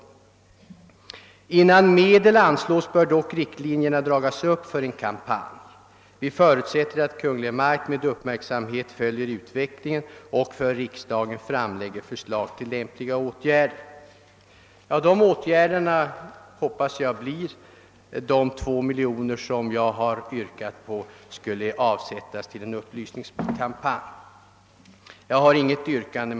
Innan medel anslås bör dock riktlinjerna dragas upp för en kampanj. Vi förutsätter att Kungl. Maj:t med uppmärksamhet följer utvecklingen och för riksdagen framlägger förslag till lämpliga åtgärder.» De åtgärderna man åsyftar hoppas jag blir de 2 miljoner som jag yrkat för en upplysningskampanj. Jag har inget yrkande.